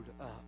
up